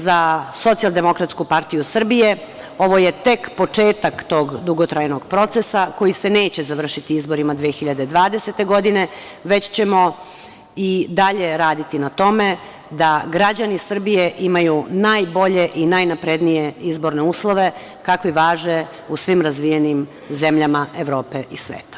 Za Socijaldemokratsku partiju Srbije ovo je tek početak tog dugotrajnog procesa koji se neće završiti izborima 2020. godine, već ćemo i dalje raditi na tome da građani Srbije imaju najbolje i najnaprednije izborne uslove, kakvi važe u svim razvijenim zemljama Evrope i sveta.